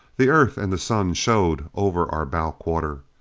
the earth and the sun showed over our bow quarter.